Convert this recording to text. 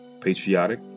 patriotic